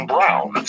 Brown